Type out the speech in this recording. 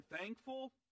thankful